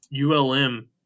ULM